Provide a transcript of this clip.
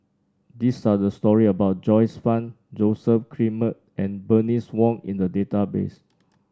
these are the story about Joyce Fan Joseph Grimberg and Bernice Wong in the database